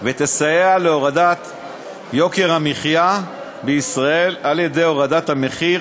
ותסייע בהורדת יוקר המחיה בישראל על-ידי הורדת המחיר